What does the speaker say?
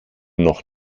noch